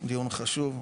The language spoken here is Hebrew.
דיון חשוב,